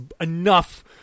enough